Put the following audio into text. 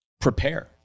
prepare